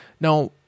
Now